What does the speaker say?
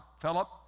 Philip